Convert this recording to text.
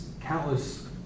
countless